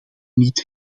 niet